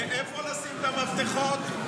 איפה לשים את המפתחות?